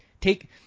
take